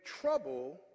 trouble